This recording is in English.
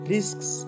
Risks